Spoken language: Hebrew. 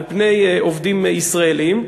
על פני עובדים ישראלים.